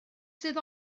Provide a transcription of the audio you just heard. sydd